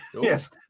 Yes